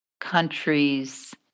countries